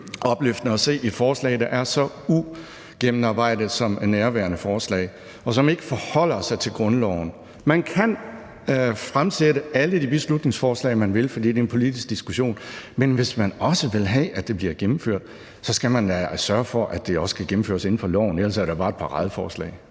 opløftende at se et forslag, der er så ugennemarbejdet som nærværende forslag, og som ikke forholder sig til grundloven. Man kan fremsætte alle de beslutningsforslag, man vil, fordi det er en politisk diskussion, men hvis man også vil have, at de bliver gennemført, så skal man da sørge for, at de også kan gennemføres inden for loven. Ellers er det er jo bare paradeforslag.